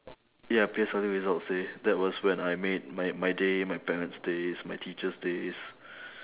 ya P_S_L_E results day that was when I made my my day my parent's day my teacher's day